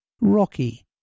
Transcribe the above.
Rocky